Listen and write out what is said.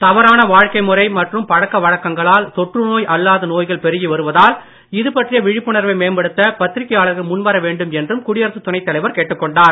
தவறான வாழ்க்கை முறை மற்றும் பழக்க வழக்கங்களால் தொற்றுநோய் அல்லாத நோய்கள் பெருகி வருவதால் இது பற்றிய விழிப்புணர்வை மேம்படுத்த பத்திரிக்கையாளர்கள் முன்வரவேண்டும் என்றும் குடியரசுத் துணைத் தலைவர் கேட்டுக்கொண்டார்